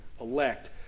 elect